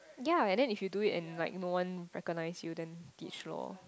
ya and then if you do it and like no one recognise you then teach loh